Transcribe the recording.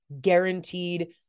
guaranteed